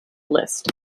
list